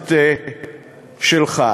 הכנסת שלך.